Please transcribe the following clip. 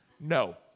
No